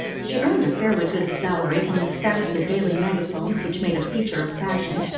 she earned a fairly good salary on the staff of the daily megaphone, which made a feature of fashion,